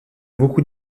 beaucoup